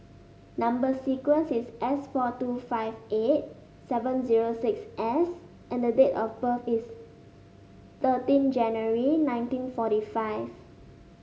number sequence is S four two five eight seven zero six S and the date of birth is thirteen January nineteen forty five